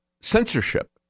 censorship